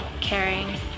caring